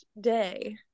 day